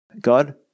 God